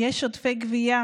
יש עודפי גבייה